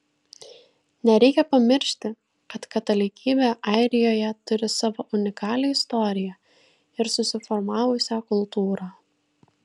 nereikia pamiršti kad katalikybė airijoje turi savo unikalią istoriją ir susiformavusią kultūrą